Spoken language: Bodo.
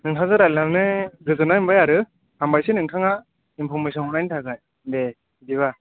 नोंथांजों रायज्लायनानै गोजाननाय मोनबाय आरो हामबायसै नोंथाङा इनफरमेसन हरनायनि थाखाय दे बिदिबा